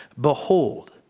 Behold